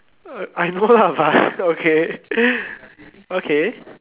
uh I know lah but okay okay